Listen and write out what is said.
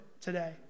today